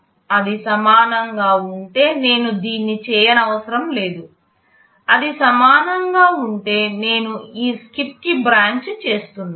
అది సమానంగా ఉంటే నేను దీన్ని చేయనవసరం లేదు అది సమానంగా ఉంటే నేను ఈ SKIP కి బ్రాంచ్ చేస్తున్నాను